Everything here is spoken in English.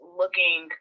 looking